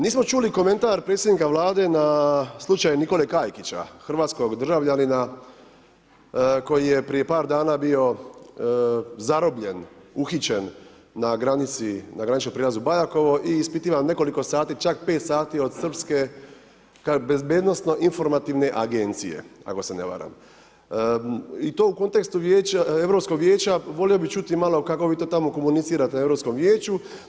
Nismo čuli komentar predsjednika Vlade na slučaj Nikole Kajkića, hrvatskog državljanina koji je prije par dana bio zarobljen, uhićen na granici na graničnom prijelazu Bajakovo i ispitivan nekoliko sati, čak 5 sati od srpske bezbednosno informativne agencije, ako se ne varam i to u kontekstu vijeća Europskog vijeća volio bi čuti malo kako vi to tamo komunicirate na Europskom vijeću.